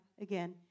again